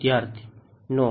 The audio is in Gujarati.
વિદ્યાર્થી No